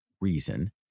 reason